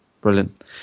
brilliant